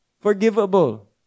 forgivable